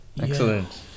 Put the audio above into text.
Excellent